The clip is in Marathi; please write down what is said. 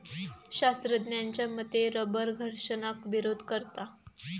शास्त्रज्ञांच्या मते रबर घर्षणाक विरोध करता